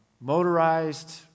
motorized